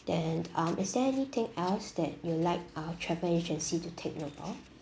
then um is there anything else that you like uh travel agency to take note of